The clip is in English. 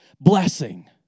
blessing